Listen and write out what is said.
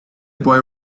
boy